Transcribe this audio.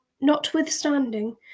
notwithstanding